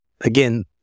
again